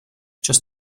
just